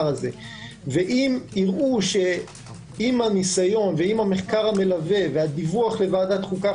הזה - ואם יראו שעם הניסיון והמחקר המלווה והדיווח לוועדת החוקה,